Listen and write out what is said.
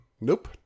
nope